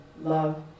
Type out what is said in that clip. love